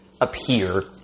appear